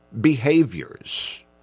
behaviors